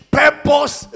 purpose